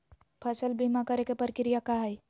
फसल बीमा करे के प्रक्रिया का हई?